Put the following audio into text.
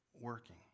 working